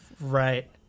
right